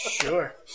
Sure